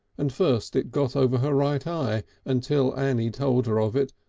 and first it got over her right eye until annie told her of it,